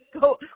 Go